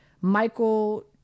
Michael